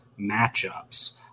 matchups